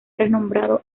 renombrado